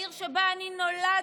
העיר שבה אני נולדתי,